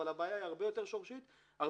אבל הבעיה היא הרבה יותר שורשית ועמוקה,